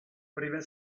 prime